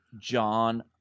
john